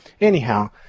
Anyhow